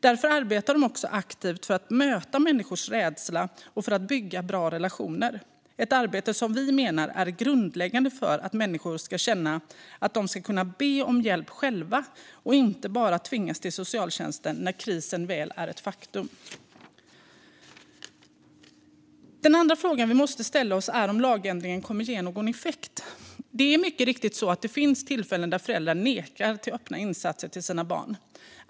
Därför arbetar de också aktivt för att möta människors rädsla och för att bygga bra relationer. Det är ett arbete som vi menar är grundläggande för att människor ska känna att de kan be om hjälp själva och inte bara tvingas till socialtjänsten när krisen väl är ett faktum. Den andra frågan som vi måste ställa oss är om lagändringen kommer att ge någon effekt. Det är mycket riktigt så att det finns tillfällen där föräldrar säger nej till öppna insatser till sina barn.